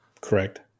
Correct